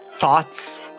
Thoughts